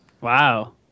Wow